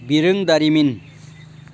बिरोंदारिमोन